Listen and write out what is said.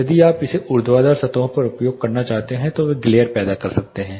यदि आप इसे ऊर्ध्वाधर सतहों पर उपयोग करना चाहते हैं तो वे ग्लेर पैदा कर सकते हैं